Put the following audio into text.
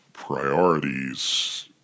priorities